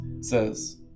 says